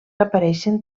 apareixen